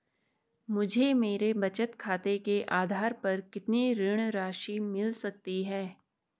मुझे मेरे बचत खाते के आधार पर कितनी ऋण राशि मिल सकती है?